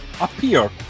appear